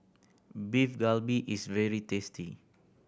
Beef Galbi is very tasty